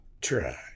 Try